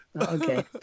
Okay